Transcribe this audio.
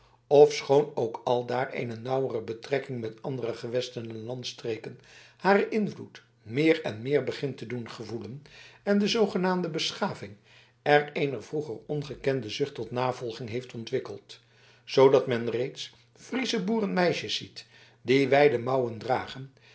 ofschoon ook aldaar een nauwere betrekking met andere gewesten en landstreken haar invloed meer en meer begint te doen gevoelen en de zoogenaamde beschaving er een vroeger ongekende zucht tot navolging heeft ontwikkeld zoodat men reeds friesche boerenmeisjes ziet die wijde mouwen dragen